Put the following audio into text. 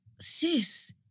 sis